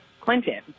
Clinton